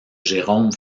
jérôme